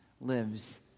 lives